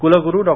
कुलगुरु डॉ